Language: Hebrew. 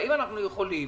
האם אנחנו יכולים